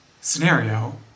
scenario